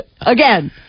Again